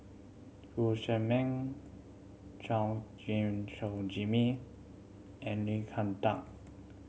Chew Chor Meng Chua Gim Jimmy and Lim